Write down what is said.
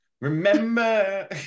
remember